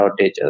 outages